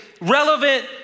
relevant